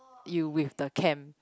you with the cam